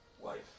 Wife